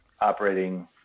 operating